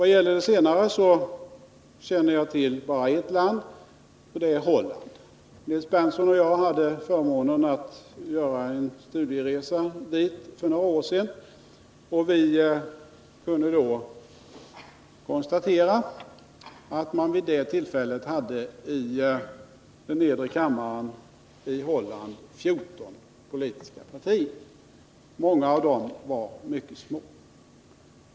I det senare fallet känner jag till bara ett land, nämligen Holland. Nils Berndtson och jag hade förmånen att få göra en studieresa dit för några år sedan. Vi kunde då konstatera att det i Hollands andra kammare fanns 14 politiska partier. Många av dem var mycket små.